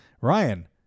Ryan